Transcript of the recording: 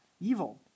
evil